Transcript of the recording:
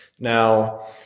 Now